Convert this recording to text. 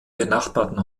benachbarten